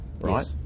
right